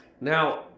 Now